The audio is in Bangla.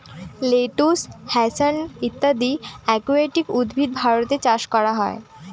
লেটুস, হ্যাছান্থ ইত্যাদি একুয়াটিক উদ্ভিদ ভারতে চাষ করা হয়